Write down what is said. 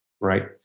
right